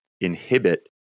inhibit